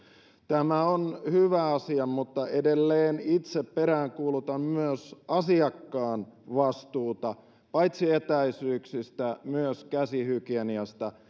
tämä on hyvä asia mutta edelleen itse peräänkuulutan myös asiakkaan vastuuta paitsi etäisyyksistä myös käsihygieniasta